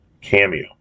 Cameo